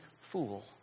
fool